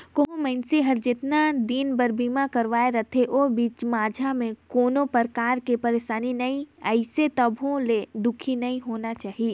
कहो मइनसे हर जेतना दिन बर बीमा करवाये रथे ओ बीच माझा मे कोनो परकार के परसानी नइ आइसे तभो ले दुखी नइ होना चाही